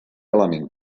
element